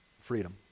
freedom